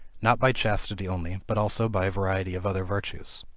not by chastity only, but also by a variety of other virtues.